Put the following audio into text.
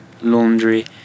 Laundry